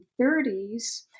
1930s